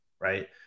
right